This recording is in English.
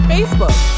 Facebook